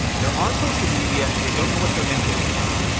they're on social media, they don't know what their end goal is.